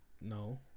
no